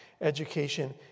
education